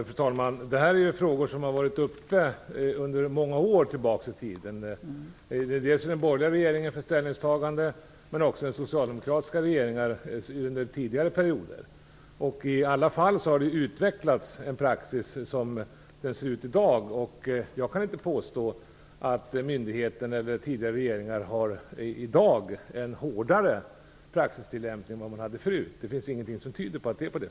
Fru talman! Det här är frågor som har varit uppe sedan många år tillbaka i tiden under den borgerliga regeringen men också under tidigare socialdemokratiska regeringar. I alla fall har det utvecklats en praxis sådan den ser ut i dag. Jag kan inte påstå att myndigheter eller regeringen i dag har en hårdare praxistillämpning än förut. Det finns ingenting som tyder på det.